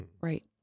Right